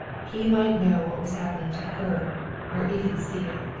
he might know what was happening to her or even see it.